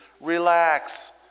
Relax